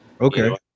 Okay